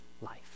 life